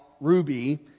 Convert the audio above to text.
Ruby